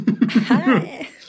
Hi